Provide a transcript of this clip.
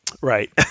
Right